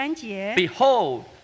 Behold